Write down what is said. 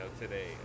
today